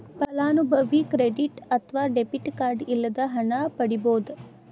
ಫಲಾನುಭವಿ ಕ್ರೆಡಿಟ್ ಅತ್ವ debit card ಇಲ್ಲದ ಹಣನ ಪಡಿಬೋದ್